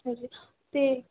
ਅੱਛਾ ਜੀ ਅਤੇ